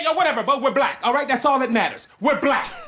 yeah whatever. but we're black, all right? that's all that matters. we're black